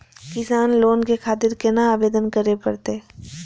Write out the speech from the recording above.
किसान लोन के खातिर केना आवेदन करें परतें?